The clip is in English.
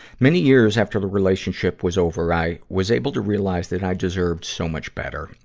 many years after the relationship was over, i was able to realize that i deserved so much better.